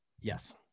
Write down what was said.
Yes